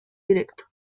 directo